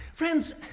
Friends